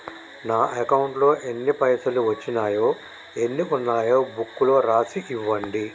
నా అకౌంట్లో ఎన్ని పైసలు వచ్చినాయో ఎన్ని ఉన్నాయో బుక్ లో రాసి ఇవ్వండి?